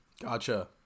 Gotcha